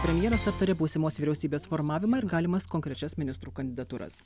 premjeras aptarė būsimos vyriausybės formavimą ir galimas konkrečias ministrų kandidatūras